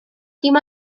dim